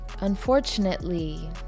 Unfortunately